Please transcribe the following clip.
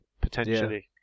potentially